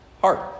heart